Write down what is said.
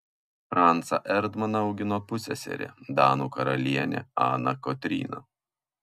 francą erdmaną augino pusseserė danų karalienė ana kotryna